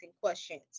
questions